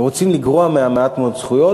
ורוצים לגרוע ממעט הזכויות.